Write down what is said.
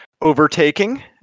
overtaking